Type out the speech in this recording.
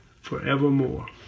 forevermore